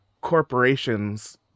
corporations